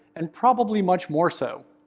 and probably much more so.